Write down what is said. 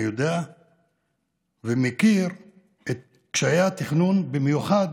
אני יודע ומכיר את קשיי התכנון, במיוחד